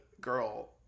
girl –